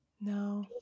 No